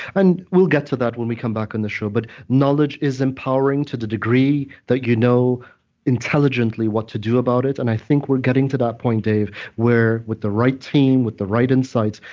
and we'll get to that when we come back on the show. but knowledge is empowering to the degree that you know intelligently what to do about it, and i think we're getting to that point, dave, where with the right team, with the right insights,